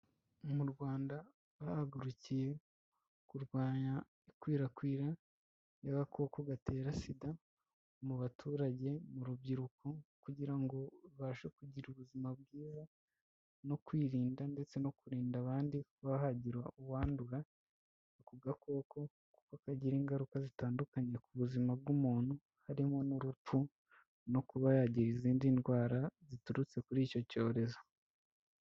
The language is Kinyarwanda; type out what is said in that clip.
Mu Rwanda bahagurukiye kurwanya ikwirakwira ry'agakoko gatera Sida mu baturage, mu rubyiruko kugira ngo rubashe kugira ubuzima bwiza no kwirinda ndetse no kurinda abandi kuba hagira uwandura ako gakoko, kuko kagira ingaruka zitandukanye ku buzima bw'umuntu harimo n'urupfu no kuba yagira izindi ndwara ziturutse kuri icyo cyorezo.